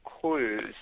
clues